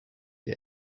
die